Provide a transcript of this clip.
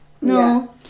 No